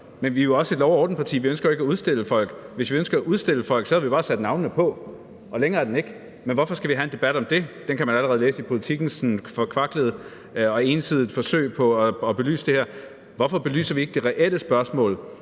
men vi er jo også et lov og orden-parti. Vi ønsker jo ikke at udstille folk. Hvis vi ønskede at udstille folk, havde vi bare sat navnene på, og længere er den ikke. Men hvorfor skal vi have en debat om det? Den kan man allerede læse i Politikens sådan forkvaklede og ensidige forsøg på at belyse det her. Hvorfor belyser vi ikke det reelle spørgsmål?